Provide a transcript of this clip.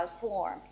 form